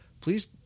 please